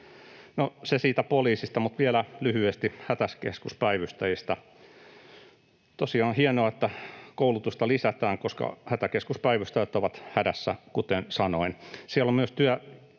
se siitä poliisista, mutta vielä lyhyesti hätäkeskuspäivystäjistä. Tosiaan on hienoa, että koulutusta lisätään, koska hätäkeskuspäivystäjät ovat hädässä, kuten sanoin. Siellä on myös